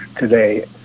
today